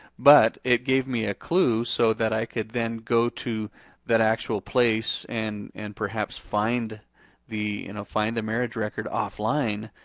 but it gave me a clue so that i could then go to that actual place and and perhaps find the, you know find the marriage record offline.